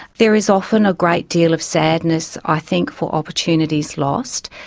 there is often a great deal of sadness i think for opportunities lost.